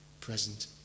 present